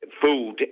food